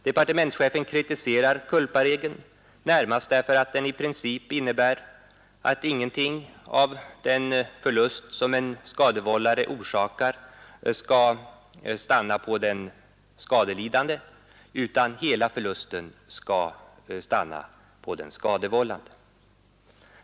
Departementschefen kritiserar culparegeln, närmast därför att den i princip innebär att ingenting av den förlust som en skadevållare orsakar skall stanna på den skadelidande, utan hela förlusten skall stanna på den skadevållande.